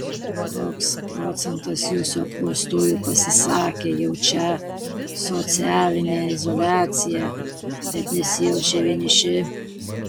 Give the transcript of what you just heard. koks procentas jūsų apklaustųjų pasisakė jaučią socialinę izoliaciją bet nesijaučią vieniši